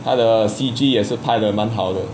他的 C_G 也是拍的满好的